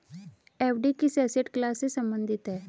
FD किस asset class से संबंधित है?